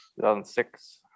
2006